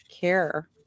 care